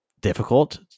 difficult